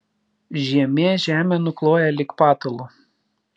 žiemė žemę nukloja lyg patalu